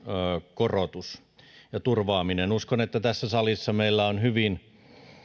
korotus ja turvaaminen uskon että tässä salissa meillä on hyvin